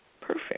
perfect